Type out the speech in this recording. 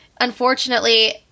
unfortunately